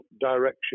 direction